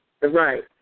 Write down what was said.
Right